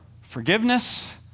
forgiveness